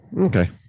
Okay